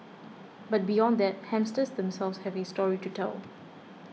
but beyond that hamsters themselves have a story to tell